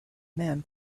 man